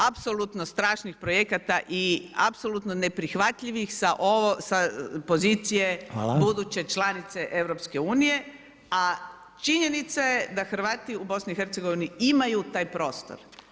Apsolutno strašnih projekata i apsolutno neprihvatljivih sa pozicije buduće članice EU-a, a činjenica je da Hrvati u BiH-u imaju taj prostor.